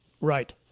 Right